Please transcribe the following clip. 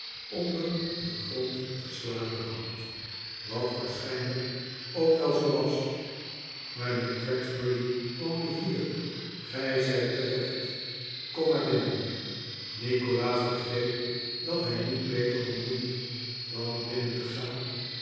onder den grond geslapen had wat waarschijnlijk ook wel zoo was mijnheer gregsbury woont hier gij zijt terecht kom maar binnen nikolaas begreep dat hij niet betef kon doen dan binnen te gaan